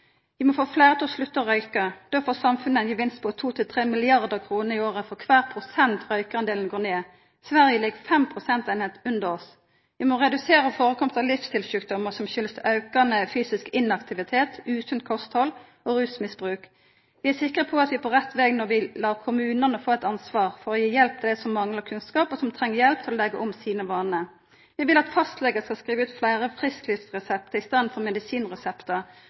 Vi må få fleire til å slutta å røykja. Då får samfunnet ein gevinst på 2–3 mrd. kr i året for kvar prosent som røykjardelen går ned. Sverige ligg 5 prosenteiningar under oss. Vi må redusera førekomst av livsstilssjukdommar som kjem av aukande fysisk inaktivitet, usunt kosthald og rusmisbruk. Vi er sikre på at vi er på rett veg når vi lèt kommunane få eit ansvar for å gi hjelp til dei som manglar kunnskap, og som treng hjelp til å leggja om sine vanar. Vi vil at fastlegar skal skriva ut fleire frisklivsreseptar i staden for